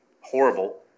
horrible –